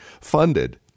funded